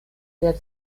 der